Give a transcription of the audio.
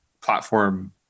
platform